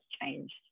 changed